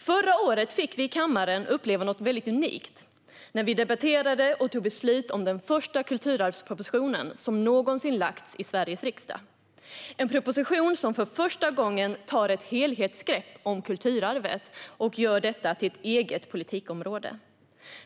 Förra året fick vi i kammaren uppleva något unikt när vi debatterade och tog beslut om den första kulturarvsproposition som någonsin lagts fram i Sveriges riksdag - en proposition som för första gången tog ett helhetsgrepp om kulturarvet som eget politikområde.